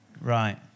right